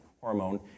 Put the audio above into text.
hormone